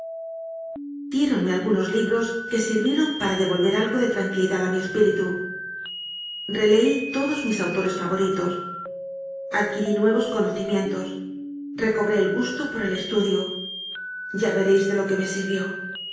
diéronme algunos libros que sirvieron para de volver algo de tranquilidad a mi espíritu releí todos mis autores favoritos adquirí nuevos cono cimientos recobré el gusto por el estudio ya ve réis de lo que me sirvió